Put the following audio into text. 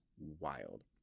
wild